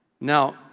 Now